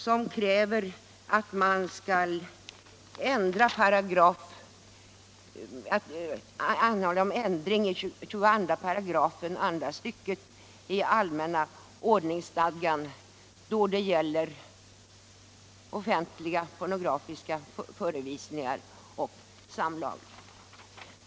som kräver att man skall ändra texten i 21 § andra stycket allmänna ordningsstadgan då det gäller offentliga pornografiska förevisningar och samlag.